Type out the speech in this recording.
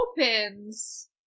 opens